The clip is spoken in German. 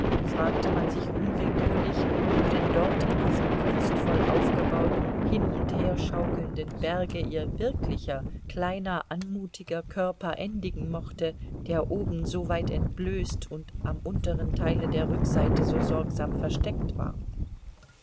fragte man sich unwillkürlich wo denn dort in diesem kunstvoll aufgebauten hin und her schaukelnden berge ihr wirklicher kleiner anmutiger körper endigen mochte der oben so weit entblößt und am untern teile der rückseite so sorgsam versteckt war